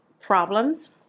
problems